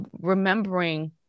Remembering